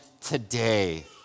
today